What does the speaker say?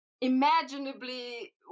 imaginably